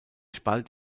spalt